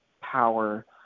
power